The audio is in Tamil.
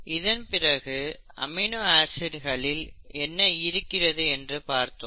இதன்பிறகு அமினோ ஆசிட்களில் என்ன இருக்கிறது என்று பார்த்தோம்